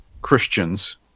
Christians